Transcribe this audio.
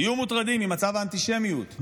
תהיו מוטרדים ממצב האנטישמיות.